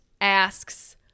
asks